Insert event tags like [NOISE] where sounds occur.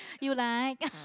[BREATH] you like [LAUGHS]